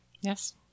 Yes